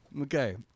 Okay